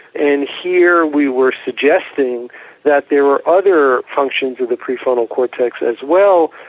and here we were suggesting that there are other functions of the pre-frontal cortex as well,